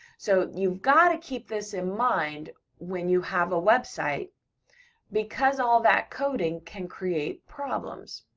so, you've gotta keep this in mind when you have a website because all that coding can create problems.